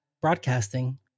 broadcasting